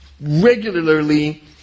regularly